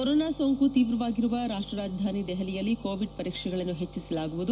corona ಸೋಂಕು ತೀವ್ರವಾಗಿರುವ ರಾಷ್ಷ ರಾಜಧಾನಿ ದೆಹಲಿಯಲ್ಲಿ ಕೊವಿಡ್ ಪರೀಕ್ಷೆಗಳನ್ನು ಹೆಚ್ಚಸಲಾಗುವುದು